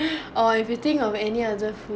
or if you think of any other food